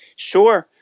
sure.